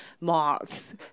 moths